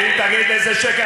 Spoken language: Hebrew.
ואם תגיד שזה שקר,